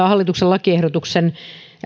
hallituksen lakiehdotuksen